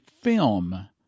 film